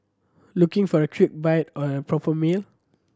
looking for a quick bite or a proper meal